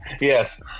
Yes